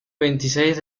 veintiséis